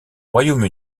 royaume